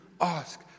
ask